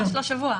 לא.